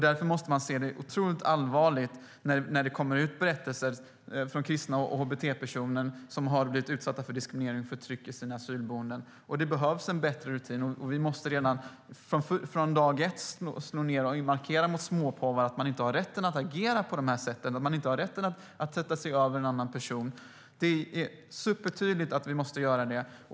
Därför måste man se otroligt allvarligt på när det kommer berättelser från kristna och hbt-personer som har blivit utsatta för diskriminering och förtryck i sina asylboenden. Det behövs bättre rutiner, och vi måste redan från dag 1 markera mot småpåvar att man inte har rätt att agera på sådant sätt, att man inte har rätt att sätta sig över en annan person. Det är supertydligt att vi måste göra det.